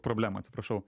problemą atsiprašau